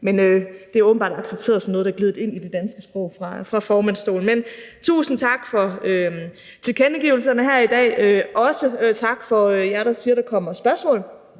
men det er åbenbart accepteret fra formandsstolen som noget, der er gledet ind i det danske sprog. Men tusind tak for tilkendegivelserne her i dag. Også tak til jer, der siger, at der kommer spørgsmål